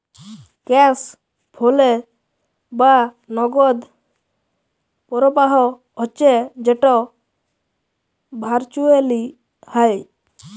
cash flow বা নগদ পরবাহ হচ্যে যেট ভারচুয়েলি হ্যয়